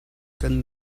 kan